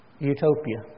Utopia